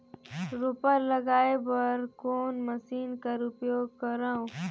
रोपा लगाय बर कोन मशीन कर उपयोग करव?